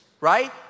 right